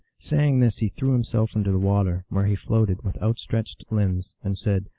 saying this, he threw himself into the water, where he floated with outstretched limbs, and said,